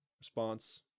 Response